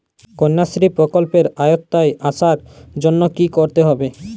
কন্যাশ্রী প্রকল্পের আওতায় আসার জন্য কী করতে হবে?